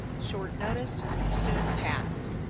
short notice, soon past.